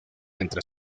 entre